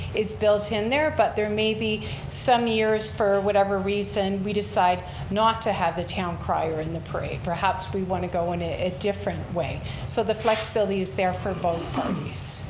is built in there but there may be some years for whatever reason we decide not to have the town crier in the parade, perhaps we want to go in a ah different way so the flexibility is there for both parties.